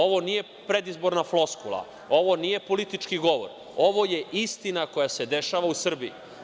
Ovo nije predizborna floskula, ovo nije politički govor, ovo je istina koja se dešava u Srbiji.